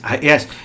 yes